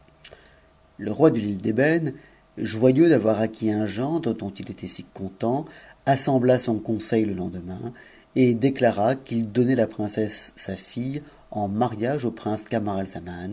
le roi de l'île d'ëbène joyeux d'avoir acquis un gendre dont il et si content assembla son conseil le lendemain et déclara qu'il donna la princesse sa fille en mariage au prince